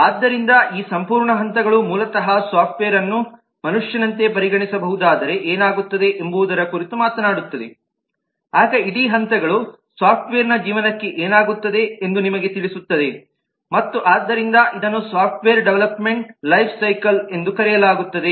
ಆದ್ದರಿಂದ ಈ ಸಂಪೂರ್ಣ ಹಂತಗಳು ಮೂಲತಃ ಸಾಫ್ಟ್ವೇರ್ ಅನ್ನು ಮನುಷ್ಯನಂತೆ ಪರಿಗಣಿಸಬಹುದಾದರೆ ಏನಾಗುತ್ತದೆ ಎಂಬುದರ ಕುರಿತು ಮಾತನಾಡುತ್ತದೆ ಆಗ ಇಡೀ ಹಂತಗಳು ಸಾಫ್ಟ್ವೇರ್ನ ಜೀವನಕ್ಕೆ ಏನಾಗುತ್ತದೆ ಎಂದು ನಿಮಗೆ ತಿಳಿಸುತ್ತದೆ ಮತ್ತು ಆದ್ದರಿಂದ ಇದನ್ನು ಸಾಫ್ಟ್ವೇರ್ ಡೆವಲಪ್ಮೆಂಟ್ ಲೈಫ್ಸೈಕಲ್ ಎಂದು ಕರೆಯಲಾಗುತ್ತದೆ